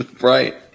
Right